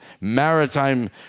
maritime